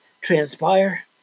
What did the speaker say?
transpire